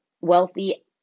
wealthy